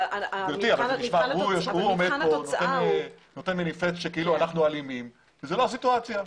הוא עומד כאן ונותן מניפסט כאילו אנחנו אלימות וזאת לא הסיטואציה.